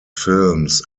films